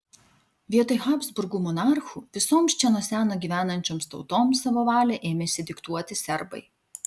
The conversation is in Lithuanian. vietoj habsburgų monarchų visoms čia nuo seno gyvenančioms tautoms savo valią ėmėsi diktuoti serbai